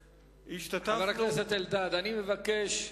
השתתפנו, חבר הכנסת אלדד, אני מבקש.